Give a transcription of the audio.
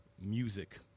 music